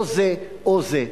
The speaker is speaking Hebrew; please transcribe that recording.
לא זה או זה.